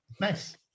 Nice